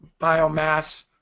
biomass